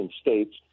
states